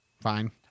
Fine